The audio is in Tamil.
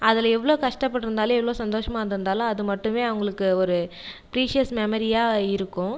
அதில் எவ்வளோ கஷ்டப்பட்டிருந்தாலும் எவ்வளோ சந்தோஷமாருந்திருந்தாலும் அது மட்டுமே அவர்களுக்கு ஒரு ப்ரீஷியஸ் மெமரியாக இருக்கும்